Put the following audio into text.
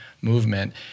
movement